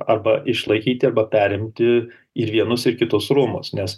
arba išlaikyti arba perimti ir vienus ir kitus rūmus nes